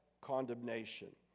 condemnation